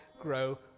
grow